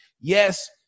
yes